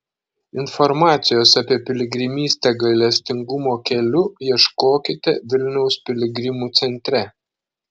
informacijos apie piligrimystę gailestingumo keliu ieškokite vilniaus piligrimų centre